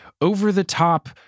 over-the-top